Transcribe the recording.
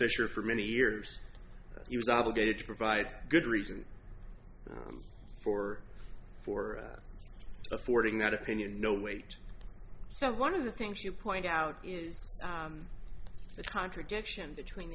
fischer for many years he was obligated to provide good reason for for affording that opinion no weight so one of the things you point out is the contradiction between